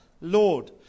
lord